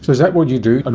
so is that what you do, and